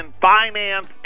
finance